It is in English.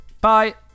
bye